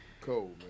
Cold